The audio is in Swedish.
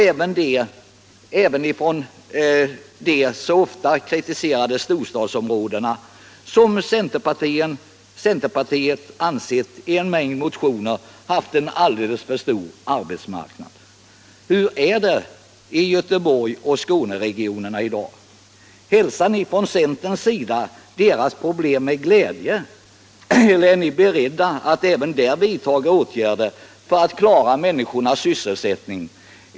Detta gäller också de så ofta kritiserade storstadsområdena, som enligt en mängd centerpartistiska motionärer har haft en alldeles för stor arbetsmarknad. Hur är det i Göteborgsoch Skåneregionerna i dag? Hälsar ni från centern deras problem med glädje eller är ni beredda att även där vidtaga åtgärder för att klara människornas sysselsättning?